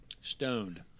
Stoned